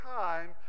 time